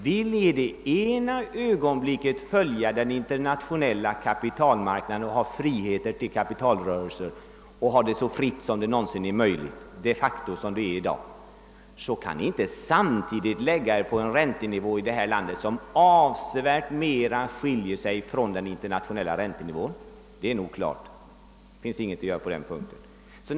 Om ni det ena ögonblicket vill följa den internationella kapitalmarknaden och ha frihet till kapitalrörelser och de facto ha det så fritt som det är i dag, kan ni inte samtidigt i detta land ligga på en räntenivå, som avsevärt skiljer sig från den internationella. Detta är klart. Det finns ingenting att göra på den punkten.